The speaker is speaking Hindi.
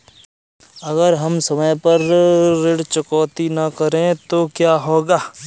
अगर हम समय पर ऋण चुकौती न करें तो क्या होगा?